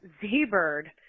Z-Bird